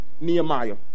Nehemiah